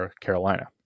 Carolina